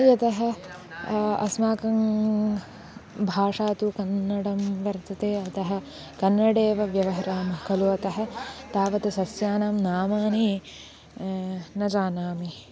यतः अस्माकं भाषा तु कन्नडं वर्तते अतः कन्नडेव व्यवहरामः खलु अतः तावद् सस्यानां नामानि न जानामि